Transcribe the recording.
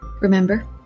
Remember